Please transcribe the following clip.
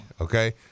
okay